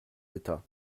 d’état